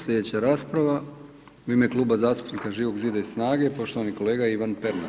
Sljedeća rasprava u ime Kluba zastupnika Živog zida i SNAGA-e, poštovani kolega Ivan Pernar.